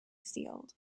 sealed